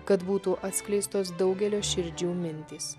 kad būtų atskleistos daugelio širdžių mintys